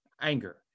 anger